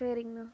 சரிங்கண்ணா